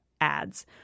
ads